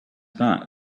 that